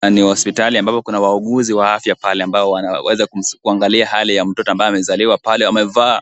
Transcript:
Hapa ni hospitali ambapo kuna wauguzi wa afya pale ambao wanaweza kuangalia hali ya mtoto ambaye amezaliwa pale. Wamevaa